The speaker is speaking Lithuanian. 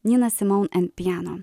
nina simaun and piano